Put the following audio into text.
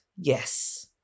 yes